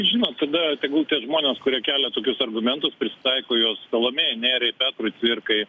žinot tada tegul tie žmonės kurie kelia tokius argumentus prisitaiko juos salomėjai nėriai petrui cvirkai